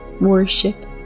worship